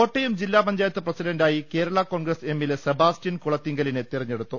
കോട്ടയം ജില്ലാ പഞ്ചായത്ത് പ്രസിഡന്റായി കേരളാ കോൺഗ്ര സ് എമ്മിലെ സെബാസ്റ്റ്യൻ കുളത്തിങ്കലിനെ തെരഞ്ഞെടുത്തു